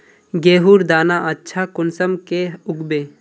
गेहूँर दाना अच्छा कुंसम के उगबे?